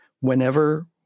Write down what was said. whenever